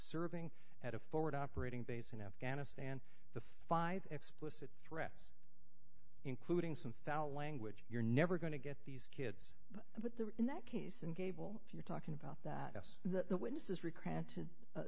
serving at a forward operating base in afghanistan the five explicit threats including some foul language you're never going to get these kids but there in that case and gable you're talking about that yes that the witnesses